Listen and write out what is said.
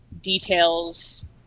details